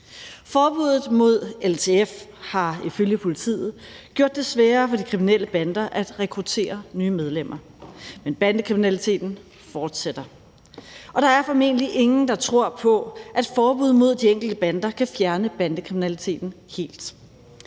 Forbuddet mod LTF har ifølge politiet gjorde det sværere for de kriminelle bander at rekruttere nye medlemmer, men bandekriminaliteten fortsætter, og der er formentlig ingen, der tror på, at forbud mod de enkelte bander kan fjerne bandekriminaliteten helt.